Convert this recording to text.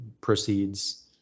proceeds